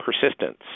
persistence